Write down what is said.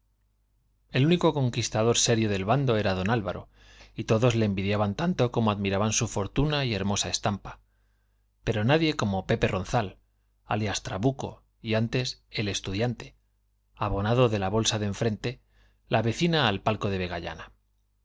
el único conquistador serio del bando era d álvaro y todos le envidiaban tanto como admiraban su fortuna y hermosa estampa pero nadie como pepe ronzal alias trabuco y antes el estudiante abonado de la bolsa de enfrente la vecina al palco de